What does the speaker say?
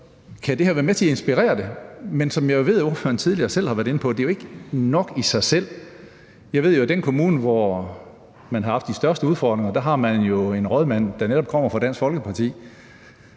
Det her kan være med til at inspirere til det, men som jeg ved ordføreren tidligere selv har været inde på, er det jo ikke nok i sig selv. Jeg ved jo, at i den kommune, hvor man har haft de største udfordringer, har man en rådmand, der netop kommer fra Dansk Folkeparti,